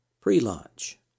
pre-launch